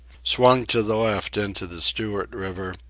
swung to the left into the stewart river,